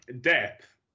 depth